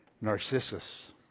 Narcissus